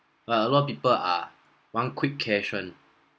like a lot of people are want quick cash [one]